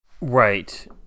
Right